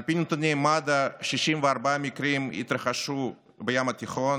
על פי נתוני מד"א, 64 מקרים התרחשו בים התיכון,